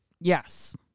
Yes